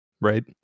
right